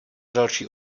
další